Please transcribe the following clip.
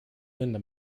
linda